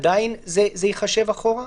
עדיין זה ייחשב אחורה?